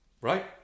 right